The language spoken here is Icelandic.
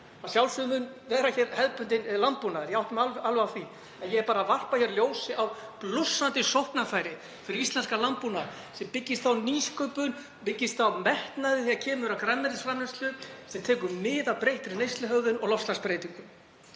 Að sjálfsögðu mun vera hefðbundinn landbúnaður áfram, ég átta mig alveg á því. Ég er bara að varpa ljósi á blússandi sóknarfæri fyrir íslenskan landbúnað sem byggist á nýsköpun, byggist á metnaði þegar kemur að grænmetisframleiðslu, sem tekur mið af breyttri neysluhegðun og loftslagsbreytingum.